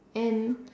and